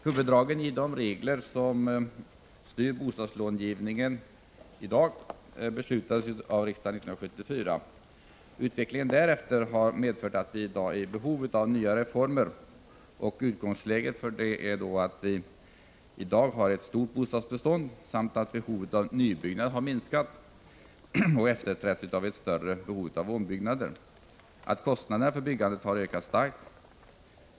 Huvuddragen i de regler som i dag styr bostadslångivningen beslutades av riksdagen 1974. Utvecklingen därefter har medfört att vi i dag är i behov av nya reformer. I dag har vi ett stort bostadsbestånd, och behovet av nybyggnad har minskat och efterträtts av ett större ombyggnadsbehov. Kostnaderna för byggandet har ökat starkt.